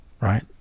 right